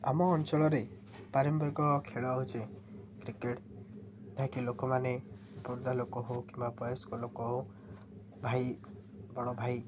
ଆମ ଅଞ୍ଚଳରେ ପାରମ୍ପରିକ ଖେଳ ହେଉଛି କ୍ରିକେଟ୍ ଯାହାକି ଲୋକମାନେ ବୃଦ୍ଧା ଲୋକ ହେଉ କିମ୍ବା ବୟସ୍କ ଲୋକ ହେଉ ଭାଇ ବଡ଼ ଭାଇ